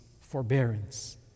forbearance